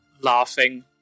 laughing